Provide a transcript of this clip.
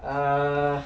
err